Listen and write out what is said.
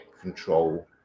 control